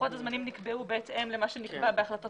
לוחות הזמנים נקבעו בהתאם למה שנקבע בהחלטת